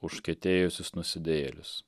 užkietėjusius nusidėjėlius